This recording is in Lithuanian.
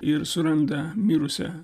ir suranda mirusią